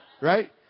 Right